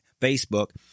Facebook